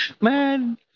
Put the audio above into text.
Man